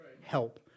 help